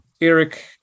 Eric